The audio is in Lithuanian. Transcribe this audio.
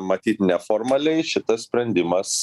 matyt ne formaliai šitas sprendimas